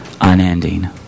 unending